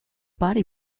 body